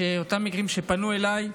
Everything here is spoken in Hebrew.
אותם מקרים שפנו אליי.